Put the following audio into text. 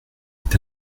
est